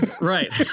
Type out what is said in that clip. right